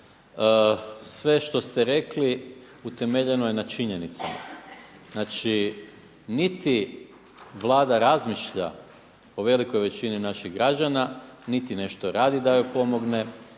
Sve što ste rekli utemeljeno je na činjenicama. Znači niti Vlada razmišlja o velikoj većini naših građana, niti nešto radi da joj pomogne,